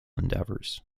endeavours